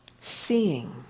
seeing